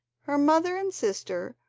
her mother and sister,